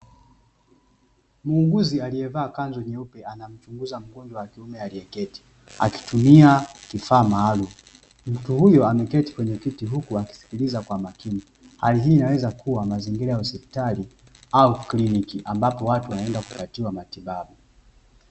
Muuguzi alievaa viazi jeupe anamchunguza magonjwa wa kiume alieketi akitumia kifaa maalumu, mtu huyu ameketi kwenye kiti Huku Akisikiliza kwa makini kwa kutumia kifaa maalumu, hali hii inapelekea kuwa mazingira ya hospitali au kliniki ambalo watu hupatiwa matibabu.